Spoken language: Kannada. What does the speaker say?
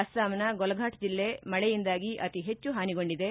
ಅಸ್ಲಾಂನ ಗೊಲಘಾಟ್ ಜಿಲ್ಲೆ ಮಳೆಯಿಂದಾಗಿ ಅತಿ ಹೆಚ್ಚು ಹಾನಿಗೊಂಡಿದೆ